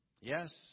Yes